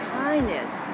kindness